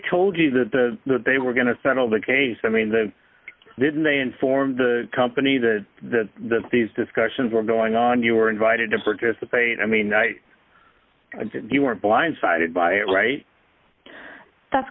told you that the that they were going to settle the case i mean that didn't they inform the company that the that these discussions were going on you were invited to participate i mean you were blindsided by it right that's